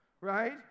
right